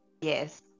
yes